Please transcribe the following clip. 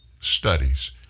studies